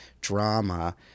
drama